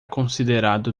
considerado